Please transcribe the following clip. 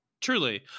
truly